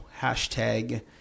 hashtag